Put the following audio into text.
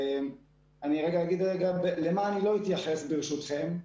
אני אומר למה אני לא אתייחס ברשותכם,